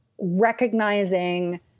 recognizing